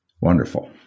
Wonderful